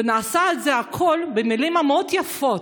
והכול נעשה במילים מאוד יפות